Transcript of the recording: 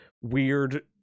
weird